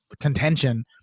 contention